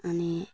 अनि